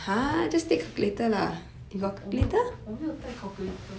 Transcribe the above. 我没有带 calculator